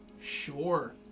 sure